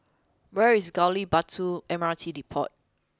where is Gali Batu M R T Depot